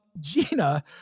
Gina